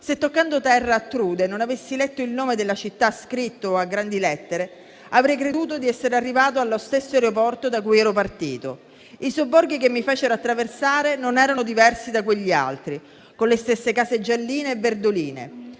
«Se toccando terra a Trude non avessi letto il nome della città scritto a grandi lettere, avrei creduto d'essere arrivato allo stesso aeroporto da cui ero partito. I sobborghi che mi fecero attraversare non erano diversi da quegli altri, con le stesse case gialline e verdoline.